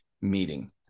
meeting